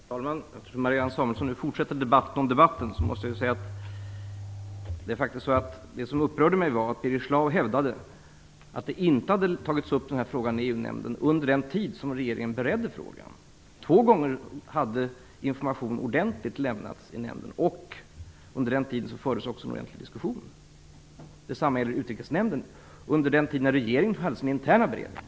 Herr talman! Eftersom Marianne Samuelsson fortsätter debatten om debatten, måste jag säga att det som upprörde mig var att Birger Schlaug hävdade att den här frågan inte hade tagits upp i EU-nämnden under den tid som regeringen beredde frågan. Två gånger hade information lämnats ordentligt i EU nämnden, och under den tiden fördes också en ordentlig diskussion. Detsamma gällde Utrikesnämnden under den tid när regeringen hade sin interna beredning.